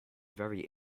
very